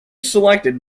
selected